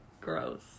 gross